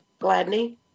Gladney